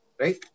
right